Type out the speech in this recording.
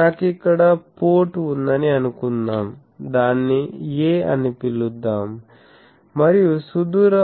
నాకు ఇక్కడ పోర్ట్ ఉందని అనుకుందాం దాన్ని 'a' అని పిలుద్దాం మరియు సుదూర